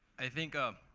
i think um